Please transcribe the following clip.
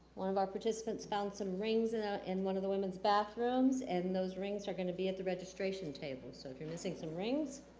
one of our participants found some rings in ah in one of the women's bathrooms, and those rings are going to be at the registration table, so if you're missing some rings,